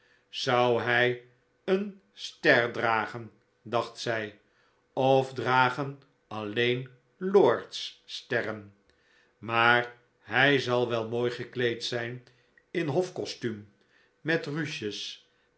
zou hij een ster dragen dacht zij of dragen alleen lords sterren maar hij zal wel mooi gekleed zijn in hofcostuum met ruches